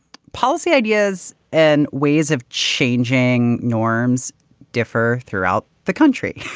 policy ideas and ways of changing norms differ throughout the country.